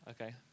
Okay